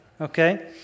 Okay